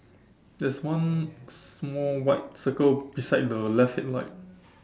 there's one small white circle beside the left headlight